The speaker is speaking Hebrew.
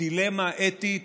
דילמה אתית